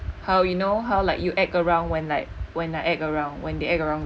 how you know how like you act around when like when like act around when they act around